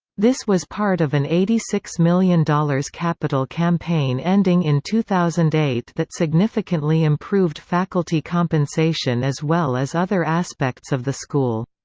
this was part of an eighty six million dollars capital campaign ending in two thousand and eight that significantly improved faculty compensation as well as other aspects of the school.